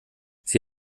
sie